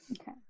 okay